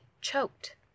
choked